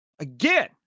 again